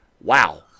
wow